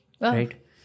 Right